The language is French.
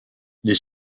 les